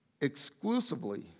exclusively